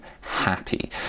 happy